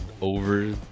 over